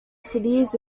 cities